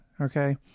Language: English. Okay